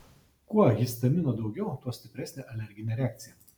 kuo histamino daugiau tuo stipresnė alerginė reakcija